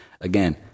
Again